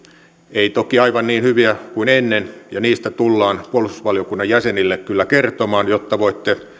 ei toki aivan niin hyviä kuin ennen ja niistä tullaan puolustusvaliokunnan jäsenille kyllä kertomaan jotta voitte